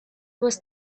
was